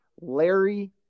Larry